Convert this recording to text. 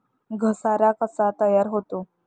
घसारा कसा तयार होतो?